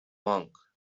monk